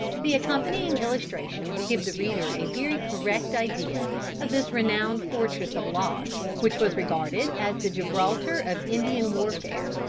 the accompanying illustration will give the reader a very correct idea of this renowned fortress of logs, which was regarded as the gibraltar of indian warfare.